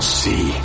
see